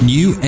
New